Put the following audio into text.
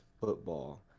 football